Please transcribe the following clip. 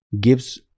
gives